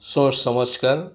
سوچ سمجھ کر